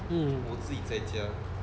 mm